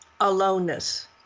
aloneness